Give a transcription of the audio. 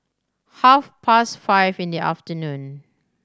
half past five in the afternoon